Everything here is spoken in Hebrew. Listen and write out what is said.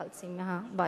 לא מחלצים מהבית.